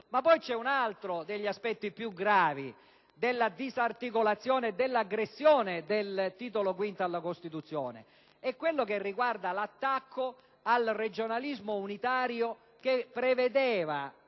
Ma poi vi è un'altro degli aspetti più gravi della disarticolazione e della aggressione del Titolo V alla Costituzione, ed è quello che riguarda l'attacco al regionalismo unitario, che prevedeva